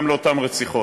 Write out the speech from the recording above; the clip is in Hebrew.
גם לאותם רציחות.